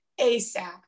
ASAP